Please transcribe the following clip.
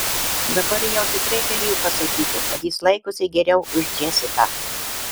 dabar jau tikrai galėjo pasakyti kad jis laikosi geriau už džesiką